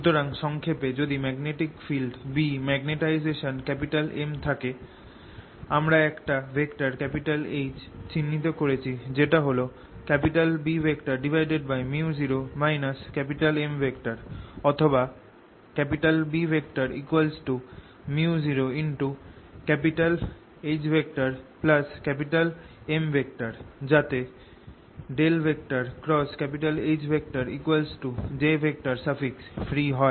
সুতরাং সংক্ষেপে যদি magnetic field B magnetisation M থাকে আমরা একটা ভেক্টর H চিহ্নিত করেছি যেটা হল Bµ0 M অথবা B µ0HM যাতে H jfree হয়